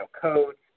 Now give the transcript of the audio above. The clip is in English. codes